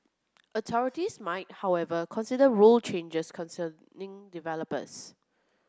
authorities might however consider rule changes concerning developers